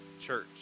church